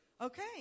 Okay